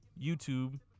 YouTube